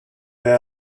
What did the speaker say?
they